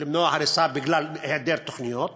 בגלל היעדר תוכניות